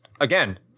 again